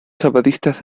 zapatistas